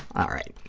all right.